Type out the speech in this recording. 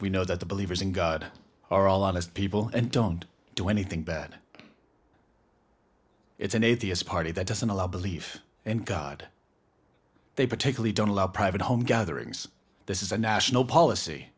we know that the believers in god are all honest people and don't do anything bad it's an atheist party that doesn't allow belief in god they particularly don't allow private home gatherings this is a national policy